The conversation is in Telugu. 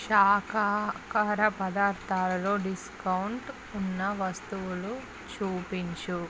శాఖాహార పదార్థాలలో డిస్కౌంట్ ఉన్న వస్తువులు చూపించు